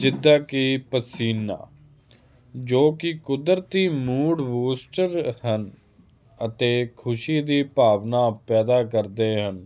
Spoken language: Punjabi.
ਜਿੱਦਾਂ ਕਿ ਪਸੀਨਾ ਜੋ ਕਿ ਕੁਦਰਤੀ ਮੂੜ ਹੋਸਟਰ ਹਨ ਅਤੇ ਖੁਸ਼ੀ ਦੀ ਭਾਵਨਾ ਪੈਦਾ ਕਰਦੇ ਹਨ